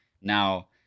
Now